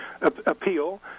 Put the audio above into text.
appeal